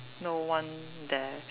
no one there